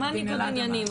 מה ניגוד עניינים?